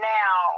now